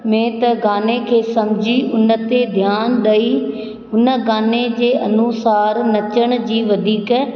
में त गाने खे समझी उन ते ध्यान ॾई हुन गाने जे अनुसार नचण जी वधीक